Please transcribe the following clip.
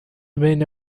بین